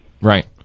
Right